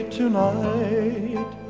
tonight